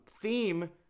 theme